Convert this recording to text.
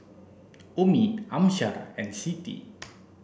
Ummi Amsyar and Siti